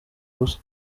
busa